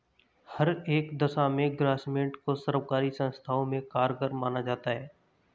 हर एक दशा में ग्रास्मेंट को सर्वकारी संस्थाओं में कारगर माना जाता है